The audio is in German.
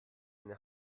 eine